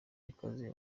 ukaze